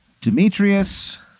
Demetrius